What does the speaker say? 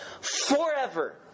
forever